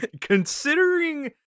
Considering